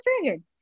triggered